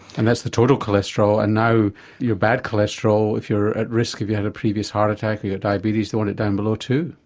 and that's the total cholesterol and now your bad cholesterol if you're at risk if you've yeah had a previous heart attack or yeah diabetes they want it down below two.